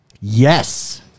yes